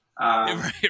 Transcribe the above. Right